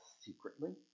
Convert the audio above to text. secretly